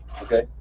Okay